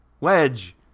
Wedge